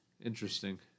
interesting